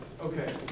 Okay